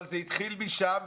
אבל זה התחיל משם,